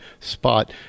spot